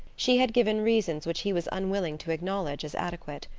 she had given reasons which he was unwilling to acknowledge as adequate.